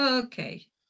Okay